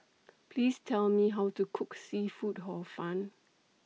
Please Tell Me How to Cook Seafood Hor Fun